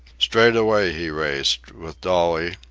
straight away he raced, with dolly,